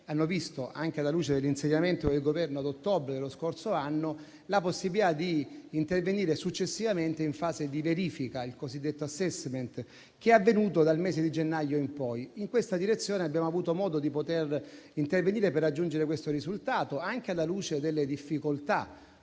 hanno previsto, anche alla luce dell'insediamento del Governo ad ottobre dello scorso anno, la possibilità di intervenire successivamente in fase di verifica (il cosiddetto *assessment*); il che è avvenuto dal mese di gennaio in poi. In questa direzione abbiamo avuto modo di intervenire per raggiungere questo risultato, anche alla luce delle difficoltà